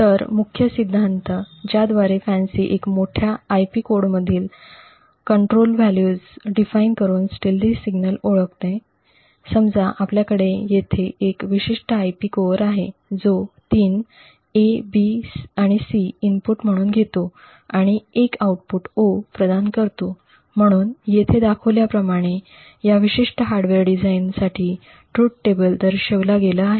तर मुख्य सिद्धांत ज्याद्वारे फॅन्सी एक मोठ्या IP कोडमधील नियंत्रण मूल्याची व्याख्या करून stealthy सिग्नल ओळखते समजा आपल्याकडे येथे एक विशिष्ट IP कोअर आहे जो तीन 'A' 'B' आणि 'C' इनपुट म्हणून घेतो आणि एक आउटपुट 'O' प्रदान करतोम्हणून येथे दर्शविल्याप्रमाणे या विशिष्ट हार्डवेअर डिझाइनसाठी ट्रुथ टेबल दर्शविला गेला आहे